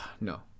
No